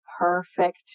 perfect